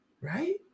right